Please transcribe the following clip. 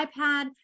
iPad